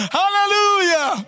hallelujah